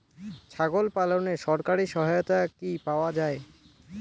ছাগল পালনে সরকারি সহায়তা কি পাওয়া যায়?